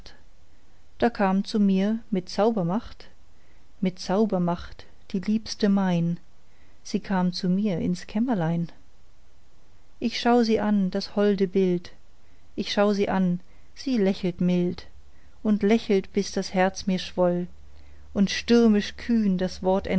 da kam zu mir mit zaubermacht mit zaubermacht die liebste mein sie kam zu mir ins kämmerlein ich schau sie an das holde bild ich schau sie an sie lächelt mild und lächelt bis das herz mir schwoll und stürmisch kühn das wort